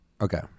okay